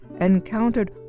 encountered